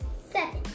Seven